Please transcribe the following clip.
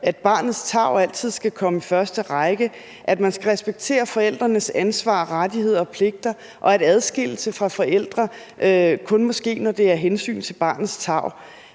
at barnets tarv altid skal komme i første række, at man skal respektere forældrenes ansvar, rettigheder og pligter, og at adskillelse fra forældre kun må ske, når det er af hensyn til barnets tarv